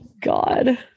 God